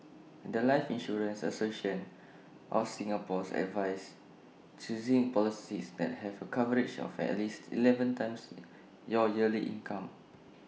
The Life insurance association of Singapore's advises choosing policies that have A coverage of at least Eleven times your yearly income